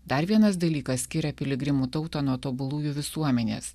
dar vienas dalykas skiria piligrimų tautą nuo tobulųjų visuomenės